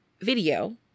video